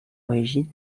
origine